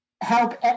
help